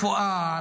ברפואה,